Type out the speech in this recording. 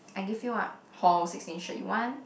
I give you ah hall sixteen shirt you want